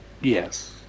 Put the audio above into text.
yes